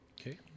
Okay